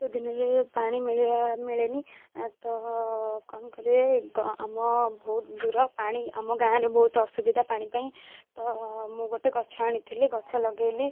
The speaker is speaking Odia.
ଦିନରେ ପାଣି ମିଳିବା ମିଳେନି ତ କ'ଣ କରିବେ ଆମ ବହୁତ ଦୂର ପାଣି ଆମ ଗାଁରେ ବହୁତ ଅସୁବିଧା ପାଣି ପାଇଁ ତ ମୁଁ ଗୋଟେ ଗଛ ଆଣିଥିଲି ଗଛ ଲଗାଇଲି